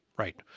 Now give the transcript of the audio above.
Right